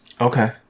Okay